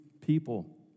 people